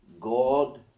God